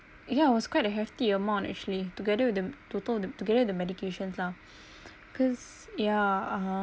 ya it was quite a hefty amount actually together with the total together the medications lah because ya (uh huh)